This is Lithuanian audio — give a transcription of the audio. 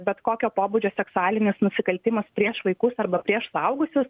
bet kokio pobūdžio seksualinius nusikaltimus prieš vaikus arba prieš suaugusius